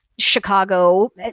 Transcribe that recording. Chicago